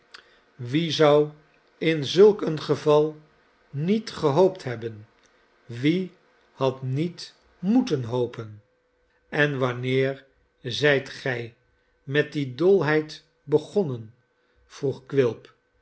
zelven den in zulk een geval niet gehoopt hebben wie had niet moeten hopen en wanneer zijt gjj met die dolheid begonnen vroeg quilp